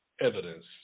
evidence